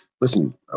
Listen